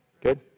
Good